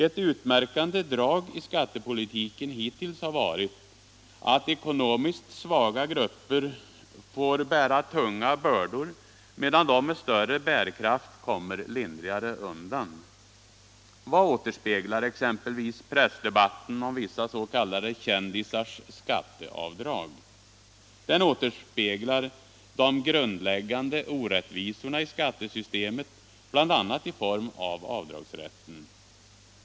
Ett utmärkande drag i skattepolitiken hittills har varit att ekonomiskt svaga grupper får bära tunga bördor medan de med större bärkraft kommer lindrigare undan. Vad återspeglar exempelvis pressdebatten om vissa ”kändisars” skatteavdrag? Den återspeglar de grundläggande orättvisorna i skattesystemet, bl.a. i form av utformningen av avdragsrätten.